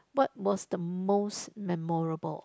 what was the most memorable